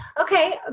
Okay